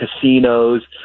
casinos